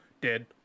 Dead